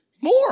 More